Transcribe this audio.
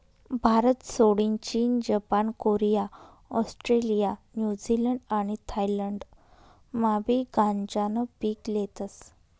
भारतसोडीन चीन, जपान, कोरिया, ऑस्ट्रेलिया, न्यूझीलंड आणि थायलंडमाबी गांजानं पीक लेतस